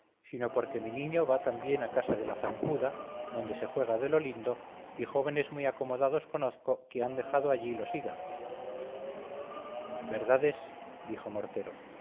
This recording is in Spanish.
sino porque mi niño va también a casa de la zancuda donde se juega de lo lindo y jóvenes muy acomodados conozco que han dejado allí los hígados verdad es dijo mortero